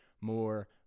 more